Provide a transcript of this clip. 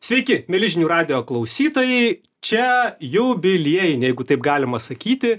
sveiki mieli žinių radijo klausytojai čia jubiliejinė jeigu taip galima sakyti